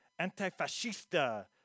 Antifascista